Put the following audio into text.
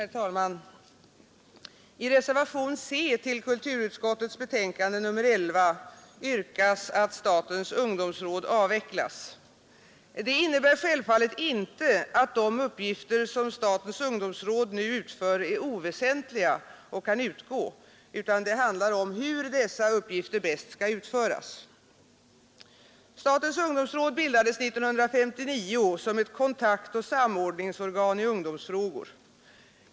Herr talman! I reservationen C till kulturutskottets betänkande nr 11 yrkas att statens ungdomsråd avvecklas. Det innebär självfallet inte att de uppgifter som statens ungdomsråd nu utför är oväsentliga och kan utgå, utan det handlar om hur dessa uppgifter bättre skall utföras. Statens ungdomsråd bildades 1959 som ett kontaktoch samordningsorgan i ungdomsfrågor.